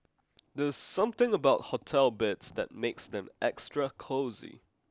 there's something about hotel beds that makes them extra cosy